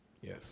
Yes